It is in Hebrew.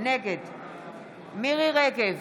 נגד מירי מרים רגב,